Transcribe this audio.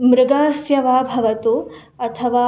मृगस्य वा भवतु अथवा